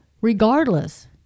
regardless